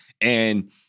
and-